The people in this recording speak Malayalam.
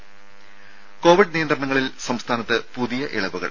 ത കോവിഡ് നിയന്ത്രണങ്ങളിൽ സംസ്ഥാനത്ത് പുതിയ ഇളവുകൾ